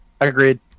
Agreed